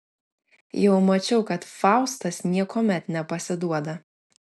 jau mačiau kad faustas niekuomet nepasiduoda